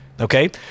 okay